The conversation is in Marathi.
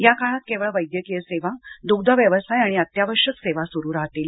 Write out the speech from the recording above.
या काळात केवळ वैद्यकीय सेवा दुग्धव्यवसाय आणि अत्यावश्यक सेवा सुरू राहतील